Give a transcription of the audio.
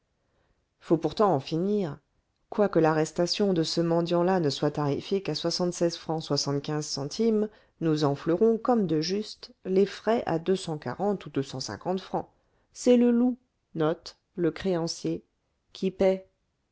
faut pourtant en finir quoique l'arrestation de ce mendiant là ne soit tarifée qu'à soixante-seize francs soixante-quinze centimes nous enflerons comme de juste les frais à deux cent quarante ou deux cent cinquante francs c'est le loup qui paie